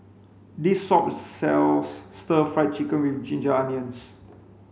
this shop sells stir fry chicken with ginger onions